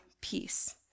peace